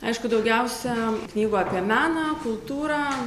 aišku daugiausiai knygų apie meną kultūrą